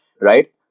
right